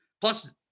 Plus